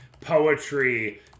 poetry